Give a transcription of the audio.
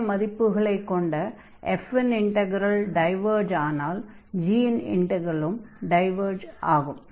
சிறிய மதிப்புகளைக் கொண்ட f இன் இன்டக்ரல் டைவர்ஜ் ஆனால் g இன் இன்டக்ரலும் டைவர்ஜ் ஆகும்